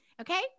okay